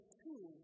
two